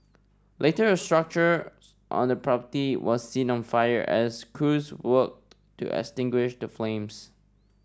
later a structure on the property was seen on fire as crews worked to extinguish the flames